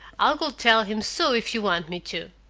i'll go tell him so if you want me to.